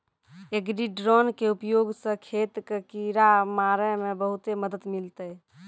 agri drone के उपयोग स खेत कॅ किड़ा मारे मॅ बहुते मदद मिलतै